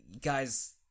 guys